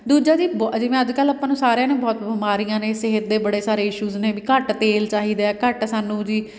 ਦੂਜਾ ਜੀ ਬ ਜਿਵੇਂ ਅੱਜ ਕੱਲ੍ਹ ਆਪਾਂ ਨੂੰ ਸਾਰਿਆਂ ਨੂੰ ਬਹੁਤ ਬਿਮਾਰੀਆਂ ਨੇ ਸਿਹਤ ਦੇ ਬੜੇ ਸਾਰੇ ਇਸ਼ੂਜ਼ ਨੇ ਵੀ ਘੱਟ ਤੇਲ ਚਾਹੀਦਾ ਘੱਟ ਸਾਨੂੰ ਜੀ